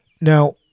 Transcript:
Now